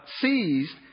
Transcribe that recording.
seized